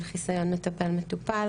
של חיסיון מטפל-מטופל,